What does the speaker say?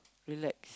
relax